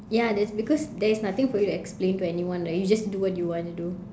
ya that's because there is nothing for you to explain to anyone right you just do what you want to do